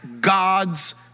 God's